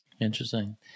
Interesting